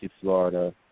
Florida